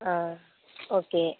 ஆ okay